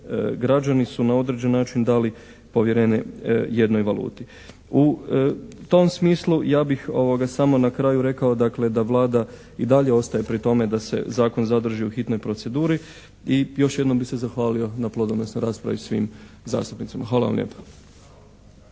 građani su na određeni način dali povjerenje jednoj valuti. U tom smislu ja bih samo na kraju rekao dakle da Vlada i dalje ostaje pri tome da se zakon zadrži u hitnoj proceduri i još jednom bih se zahvalio na plodonosnoj raspravi svim zastupnicima. Hvala vam lijepa.